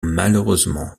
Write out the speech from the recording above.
malheureusement